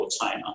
China